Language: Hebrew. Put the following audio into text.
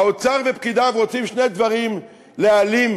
האוצר ופקידיו רוצים שני דברים להעלים: